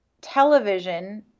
television